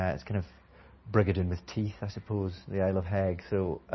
ah it's kind of brigadoon with teeth, i suppose, the isle of hegg. so.